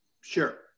Sure